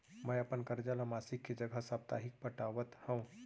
मै अपन कर्जा ला मासिक के जगह साप्ताहिक पटावत हव